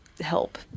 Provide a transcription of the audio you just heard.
help